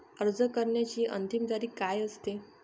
अर्ज करण्याची अंतिम तारीख काय असते?